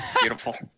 Beautiful